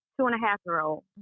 two-and-a-half-year-old